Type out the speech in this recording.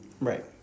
Right